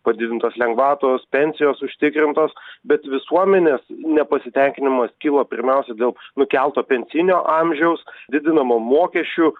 padidintos lengvatos pensijos užtikrintos bet visuomenės nepasitenkinimas kyla pirmiausia dėl nukelto pensinio amžiaus didinamų mokesčių